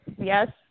Yes